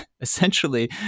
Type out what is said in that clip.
essentially